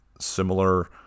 similar